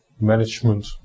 management